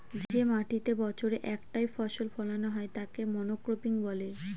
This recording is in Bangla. যে মাটিতেতে বছরে একটাই ফসল ফোলানো হয় তাকে মনোক্রপিং বলে